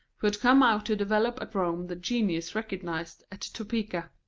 who had come out to develop at rome the genius recognised at topeka.